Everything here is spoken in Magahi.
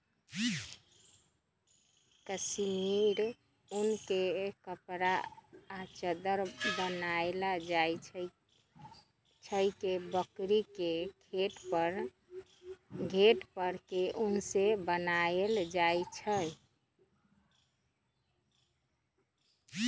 कस्मिर उन के कपड़ा आ चदरा बनायल जाइ छइ जे बकरी के घेट पर के उन से बनाएल जाइ छइ